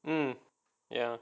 um ya